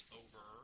over